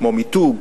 כמו מיתוג,